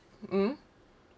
mm